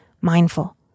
mindful